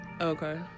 okay